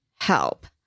help